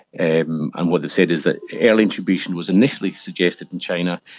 and and what they said is that early intubation was initially suggested in china,